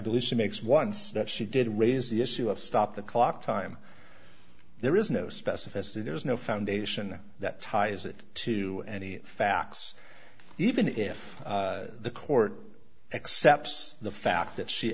believe she makes once that she did raise the issue of stop the clock time there is no specificity there's no foundation that ties it to any facts even if the court accepts the fact that she